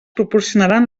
proporcionaran